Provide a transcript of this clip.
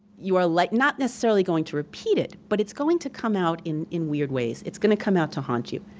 you are like not necessarily going to repeat it, but it's going to come out in in weird ways. it's gonna come out to haunt you,